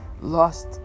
lost